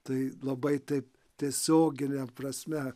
tai labai taip tiesiogine prasme